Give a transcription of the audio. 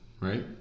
right